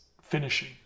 finishing